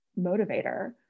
motivator